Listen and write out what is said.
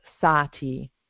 sati